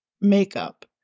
makeup